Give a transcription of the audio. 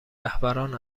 رهبران